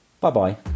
Bye-bye